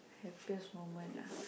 happiest moment ah